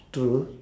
true